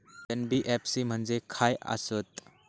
NBFC म्हणजे खाय आसत?